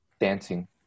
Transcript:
dancing